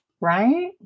Right